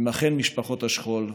עימכן, משפחות השכול,